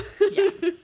yes